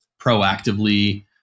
proactively